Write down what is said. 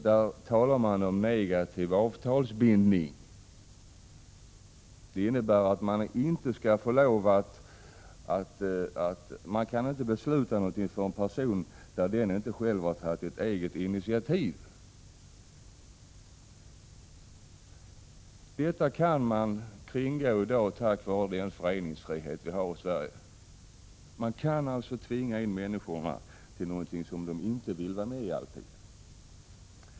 Där talar man om negativ avtalsbindning. Det innebär att man inte kan besluta något för en person där denne inte har tagit ett eget initiativ. Detta kan facket kringgå i dag tack vare den föreningsfrihet vi har i Sverige. Man kan alltså tvinga in människorna i något som de inte alltid vill vara med i.